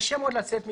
קשה מאוד לצאת מזה.